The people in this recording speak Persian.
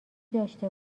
داشته